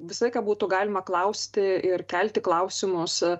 visą laiką būtų galima klausti ir kelti klausimus